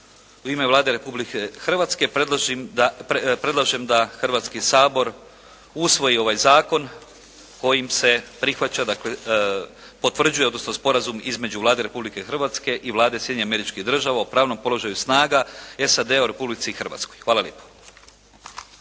u ime Vlade Republike Hrvatske predlažem da Hrvatski sabor usvoji ovaj zakon kojim se prihvaća, dakle potvrđuje odnosno sporazum između Vlade Republike Hrvatske i Vlade Sjedinjenih Američkih Država i pravnom položaju snaga SAD-a u Republici Hrvatskoj. Hvala lijepo.